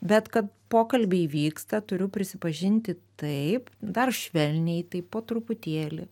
bet kad pokalbiai vyksta turiu prisipažinti taip dar švelniai taip po truputėlį